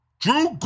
Drew